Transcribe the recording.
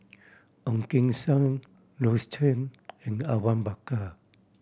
Ong Keng Sen Rose Chan and Awang Bakar